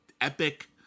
epic